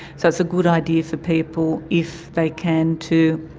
so it's a good idea for people if they can to